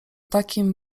takim